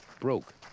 broke